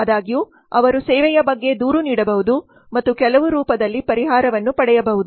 ಆದಾಗ್ಯೂ ಅವರು ಸೇವೆಯ ಬಗ್ಗೆ ದೂರು ನೀಡಬಹುದು ಮತ್ತು ಕೆಲವು ರೂಪದಲ್ಲಿ ಪರಿಹಾರವನ್ನು ಪಡೆಯಬಹುದು